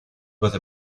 with